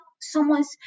someone's